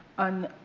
on